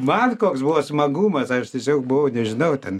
man koks buvo smagumas aš tiesiog buvau nežinau ten